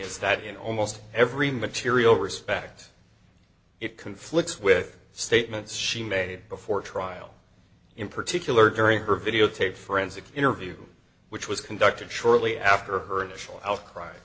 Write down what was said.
is that in almost every material respect it conflicts with statements she made before trial in particular during her videotaped forensic interview which was conducted shortly after her initial outcry